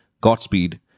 Godspeed